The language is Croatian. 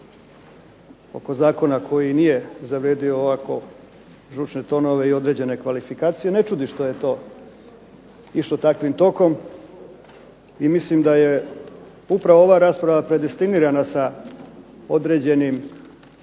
oko zakona koji nije zavrijedio ovako žučne tonove i određene kvalifikacije, ne čudi što je to išlo takvim tokom i mislim da je upravo ova rasprava predistignirana sa određenom